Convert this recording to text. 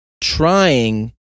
trying